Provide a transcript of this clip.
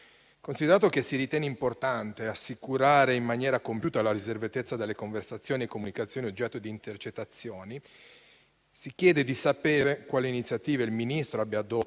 Considerato che si ritiene importante assicurare in maniera compiuta la riservatezza delle conversazioni e comunicazioni oggetto di intercettazioni, si chiede di sapere quali iniziative il Ministro abbia adottato